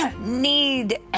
need